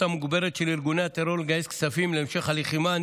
המוגברת של ארגוני הטרור לגייס כספים להמשך הלחימה,